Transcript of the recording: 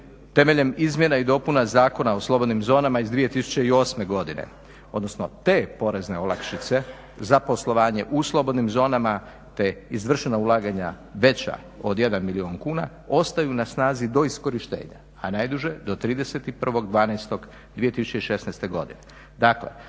temeljem izmjene i dopune Zakona o slobodnim zonama iz 2008.godine, odnosno te porezne olakšice za poslovanje u slobodnim zonama te izvršenja ulaganja veća od 1 milijun kuna ostaju na snazi do iskorištenja, a najduže do 31.12.2016. Dakle